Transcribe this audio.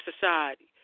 society